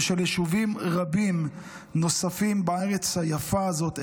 ושל יישובים רבים נוספים בארץ היפה הזאת,